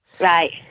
Right